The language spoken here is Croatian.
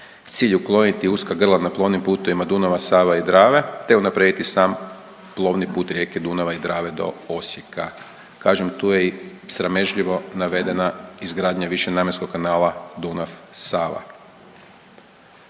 cilj ukloniti uska grla na plovnim putevima Dunava, Save i Drave, te unaprijediti sam plovni put rijeke Dunava i Drave do Osijeka. Kažem tu je i sramežljivo navedena izgradnja višenamjenskog kanala Dunav – Sava.